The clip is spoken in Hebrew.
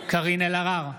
קארין אלהרר,